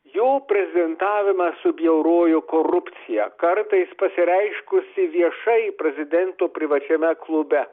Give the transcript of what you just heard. jo prezidentavimą subjaurojo korupcija kartais pasireiškusi viešai prezidento privačiame klube